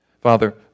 Father